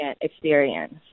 experience